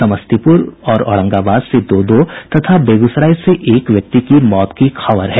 समस्तीपुर और औरंगाबाद से दो दो तथा बेगूसराय से एक व्यक्ति की मौत की खबर है